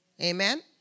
Amen